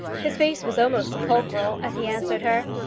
his face was almost sepulchral as he answered her,